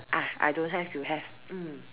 ah I don't have you have mm